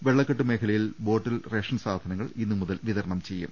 വെളളക്കെട്ടു മേഖലയിൽ ബോട്ടിൽ റേഷൻ സാധനങ്ങൾ ഇന്നു മുതൽ വിതർണം ചെയ്യും